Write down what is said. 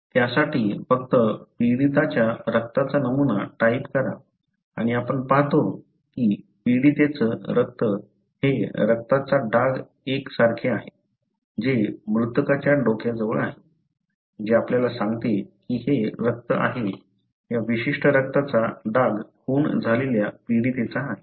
त्यासाठी फक्त पीडिताच्या रक्ताचा नमुना टाईप करा आणि आपण पाहतो की पीडितेच रक्त हे रक्ताच्या डाग 1 सारखे आहे जे मृतकाच्या डोक्याजवळ आहे जे आपल्याला सांगते की हे रक्त आहे हा विशिष्ट रक्तचा डाग खून झालेल्या पीडितेचा आहे